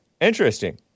Interesting